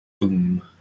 Boom